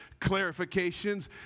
clarifications